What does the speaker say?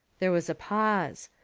there was a pause.